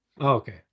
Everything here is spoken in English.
Okay